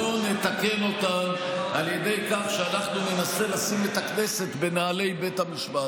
לא נתקן אותן על ידי כך שאנחנו ננסה לשים את הכנסת בנעלי בית המשפט.